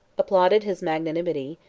applauded his magnanimity,